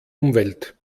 umwelt